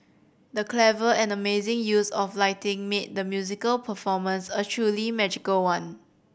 the clever and amazing use of lighting made the musical performance a truly magical one